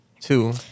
two